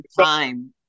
time